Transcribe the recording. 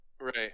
Right